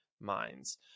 minds